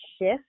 shift